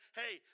hey